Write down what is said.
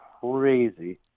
crazy